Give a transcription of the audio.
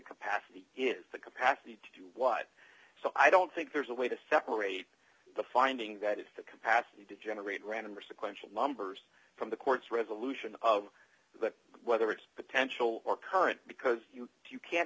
capacity is the capacity to do what so i don't think there's a way to separate the finding that is the capacity to generate random or sequential numbers from the court's resolution of the whether it's potential or current because you can't